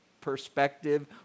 perspective